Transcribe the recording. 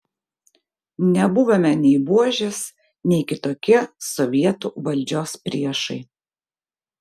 nebuvome nei buožės nei kitokie sovietų valdžios priešai